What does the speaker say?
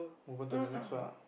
over to the next one